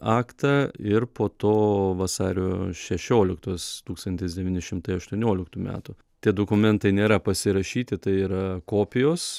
aktą ir po to vasario šešioliktos tūkstantis devyni šimtai aštuonioliktų metų tie dokumentai nėra pasirašyti tai yra kopijos